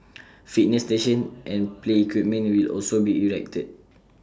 fitness stations and play equipment will also be erected